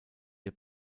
der